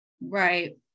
right